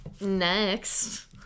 Next